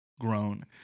grown